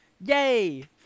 Yay